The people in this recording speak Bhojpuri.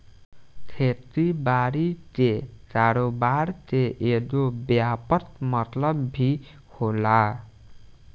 खेती बारी के कारोबार के एगो व्यापक मतलब भी होला